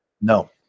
No